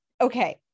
Okay